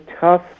tough